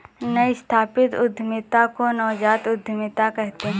नई स्थापित उद्यमिता को नवजात उद्दमिता कहते हैं